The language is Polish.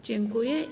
Dziękuję.